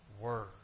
Word